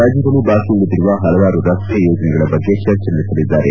ರಾಜ್ಯದಲ್ಲಿ ಬಾಕಿ ಉಳಿದಿರುವ ಹಲವಾರು ರಸ್ತೆ ಯೋಜನೆಗಳ ಬಗ್ಗೆ ಚರ್ಚೆ ನಡೆಸಲಿದ್ದಾರೆ